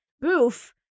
Boof